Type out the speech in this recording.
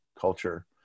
culture